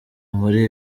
muri